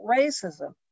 racism